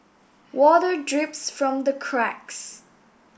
water drips from the cracks